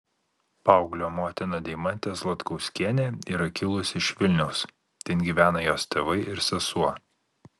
paauglio motina deimantė zlatkauskienė yra kilusi iš vilniaus ten gyvena jos tėvai ir sesuo